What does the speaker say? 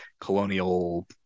colonial